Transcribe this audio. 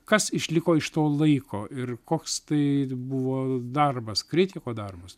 kas išliko iš to laiko ir koks tai buvo darbas kritiko darbas